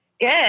Good